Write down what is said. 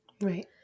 Right